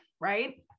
right